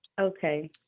Okay